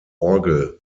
orgel